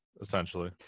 essentially